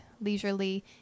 leisurely